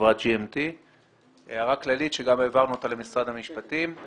מחברת GMT. הערה כללית שהעברנו גם למשרד המשפטים.